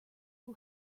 who